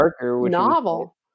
novel